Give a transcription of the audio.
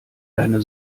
deine